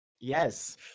yes